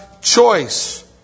choice